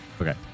Okay